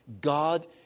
God